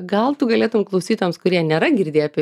gal tu galėtum klausytojams kurie nėra girdėję apie